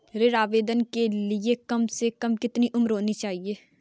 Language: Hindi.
ऋण आवेदन के लिए कम से कम कितनी उम्र होनी चाहिए?